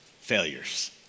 failures